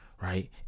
Right